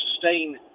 sustain